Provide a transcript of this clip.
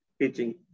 teaching